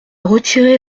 retirer